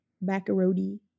macaroni